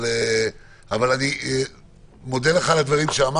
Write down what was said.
אבל אני מודה לך על דבריך.